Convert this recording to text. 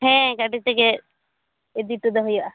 ᱦᱮᱸᱻ ᱜᱟ ᱰᱤ ᱛᱮᱜᱮ ᱤᱫᱤ ᱦᱚᱴᱚᱫᱚ ᱦᱩᱭᱩᱜᱼᱟ